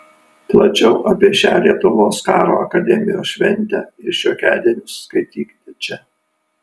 plačiau apie šią lietuvos karo akademijos šventę ir šiokiadienius skaitykite čia